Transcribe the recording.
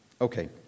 Okay